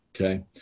Okay